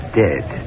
dead